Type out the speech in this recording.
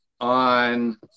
on